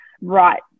right